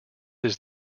his